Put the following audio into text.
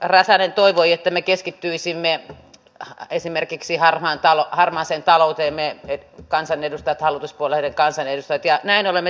räsänen toivoi että me hallituspuolueiden kansanedustajat keskittyisimme esimerkiksi harmaaseen talouteen vei ne kansanedustajat hallituspuolueiden kansanedustajat ja näin olemme tehneetkin